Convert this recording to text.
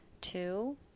Two